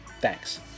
thanks